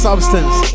Substance